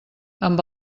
amb